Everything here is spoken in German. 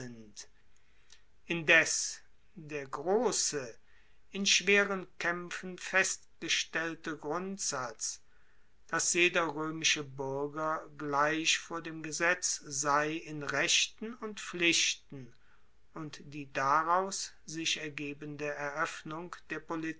indes der grosse in schweren kaempfen festgestellte grundsatz dass jeder roemische buerger gleich vor dem gesetz sei in rechten und pflichten und die daraus sich ergebende eroeffnung der